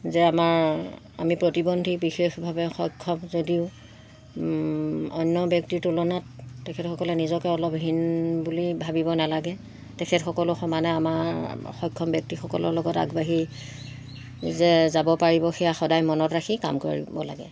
যে আমাৰ আমি প্ৰতিবন্ধী বিশেষভাৱে সক্ষম যদিও অন্য ব্যক্তিৰ তুলনাত তেখেতসকলে নিজকে অলপ হীন বুলি ভাবিব নালাগে তেখেতসকলো সমানে আমাৰ সক্ষম ব্যক্তিসকলৰ লগত আগবাঢ়ি যে যাব পাৰিব সেয়া সদায় মনত ৰাখি কাম কৰিব লাগে